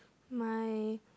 my